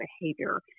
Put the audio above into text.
behavior